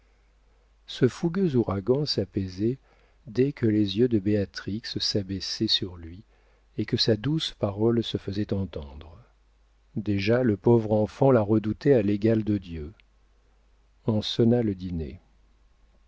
ce fougueux ouragan s'apaisait dès que les yeux de béatrix s'abaissaient sur lui et que sa douce parole se faisait entendre déjà le pauvre enfant la redoutait à l'égal de dieu on sonna le dîner